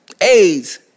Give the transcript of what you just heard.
AIDS